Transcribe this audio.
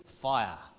fire